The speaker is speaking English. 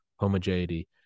homogeneity